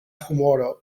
humoro